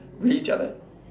really jialat